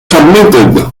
submitted